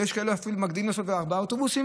ויש כאלה שמגדילים ואפילו נוסעים בארבעה אוטובוסים,